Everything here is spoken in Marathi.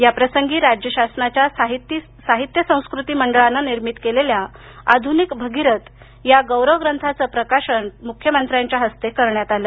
या प्रसंगी राज्य शासनाच्या साहित्य संस्कृती मंडळाने निर्मिती केलेल्या आधुनिक भगीरथ या गौरवग्रंथाचं प्रकाशन मुख्यमंत्री ठाकरे यांच्या हस्ते करण्यात आलं